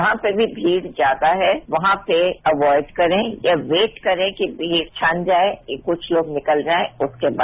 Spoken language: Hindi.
जहां पर भी भीड़ ज्यादा है वहां पर अवाइड करें या वेट करें कि भीड़ छन जाएं कि कुछ लोग निकल जाएं उसके बाद